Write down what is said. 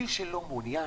מי שלא מעוניין,